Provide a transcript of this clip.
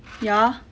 ya